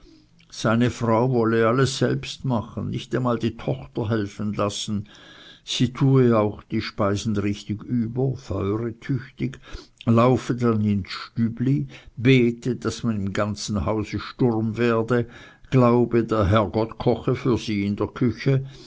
seine frau wolle alles selbst machen nicht einmal die tochter helfen lassen sie tue auch die speisen richtig über feure tüchtig laufe dann ins stübli bete daß man im ganzen hause sturm werde glaube der herrgott koche für sie in der küche